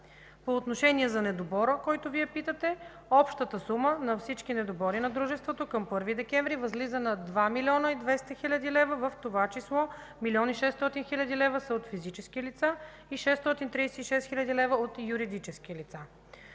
По отношение на недобора, за който питате, общата сума на всички недобори на дружеството към 1 декември възлиза на 2 млн. 200 хил. лв., в това число 1 млн. 600 хил. лв. са от физически лица и 636 хил. лв. – от юридически лица.